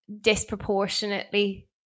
disproportionately